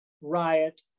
riot